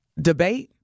debate